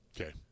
Okay